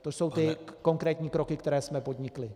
To jsou ty konkrétní kroky, které jsme podnikli.